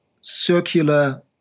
circular